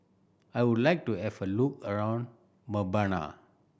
I would like to have a look around Mbabana